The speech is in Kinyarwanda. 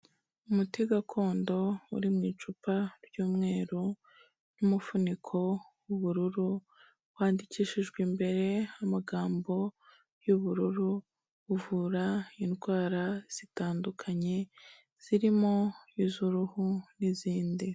Umuti gakondo uri mu icupa ry'umweru n'umufuniko w'ubururu, wandikishijwe imbere amagambo y'ubururu, uvura indwara zitandukanye, zirimo iz'uruhu n'izindi.